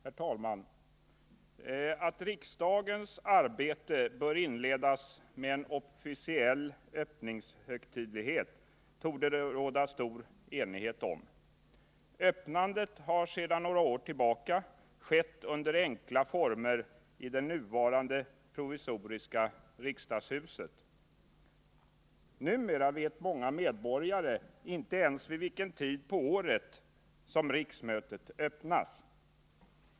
Herr talman! Att riksdagens arbete bör inledas med en officiell öppningshögtidlighet torde det råda stor enighet om. Öppnandet har sedan några år tillbaka skett under enkla formeri det nuvarande provisoriska riksdagshuset. Numera vet många medborgare inte ens vid vilken tid på året som riksmötet öppnas.